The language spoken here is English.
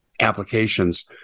applications